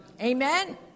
Amen